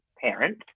parent